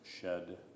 shed